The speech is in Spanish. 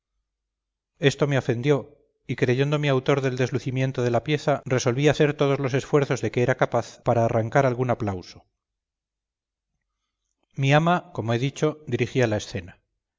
esto me ofendió y creyéndome autor del deslucimiento de la pieza resolví hacer todos los esfuerzos de que era capaz para arrancar algún aplauso mi ama como he dicho dirigía la escena